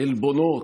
עלבונות,